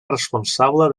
responsable